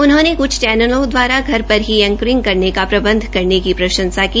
उन्होंने कुछ चक्वलों दवारा घर से ही एकरिंग करने का प्रबध करने की प्रंशसा की